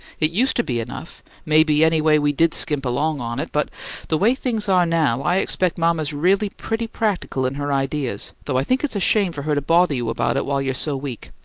it used to be enough, maybe anyway we did skimp along on it but the way things are now i expect mama's really pretty practical in her ideas, though, i think it's a shame for her to bother you about it while you're so weak.